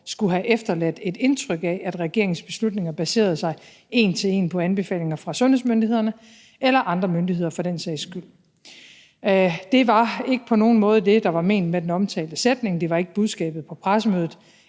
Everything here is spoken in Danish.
skulle have efterladt et indtryk af, at regeringens beslutninger baserede sig en til en på anbefalinger fra sundhedsmyndighederne eller andre myndigheder, for den sags skyld. Det var ikke på nogen måde det, der var ment med den omtalte sætning, det var ikke budskabet på pressemødet